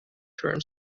term